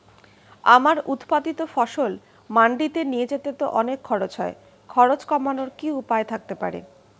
আমার উৎপাদিত ফসল মান্ডিতে নিয়ে যেতে তো অনেক খরচ হয় খরচ কমানোর কি উপায় থাকতে পারে?